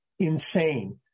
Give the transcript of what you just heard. Insane